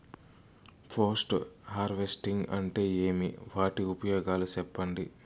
Post harvesting అంటే ఏమి? వాటి ఉపయోగాలు చెప్పండి?